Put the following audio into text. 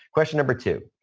question number two,